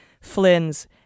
Flynn's